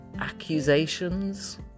accusations